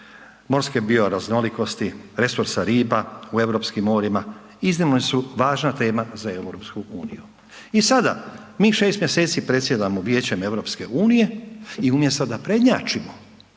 morske bioraznolikosti, resursa riba u europskim morima iznimno su važna tema za EU. I sada mi 6 mjeseci predsjedamo Vijećem EU i umjesto da prednjačimo,